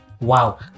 wow